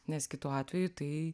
nes kitu atveju tai